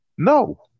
No